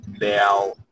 now